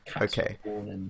okay